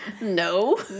No